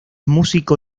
músico